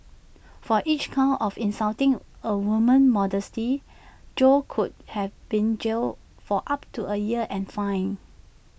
for each count of insulting A woman's modesty Jo could have been jailed for up to A year and fined